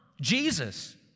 Jesus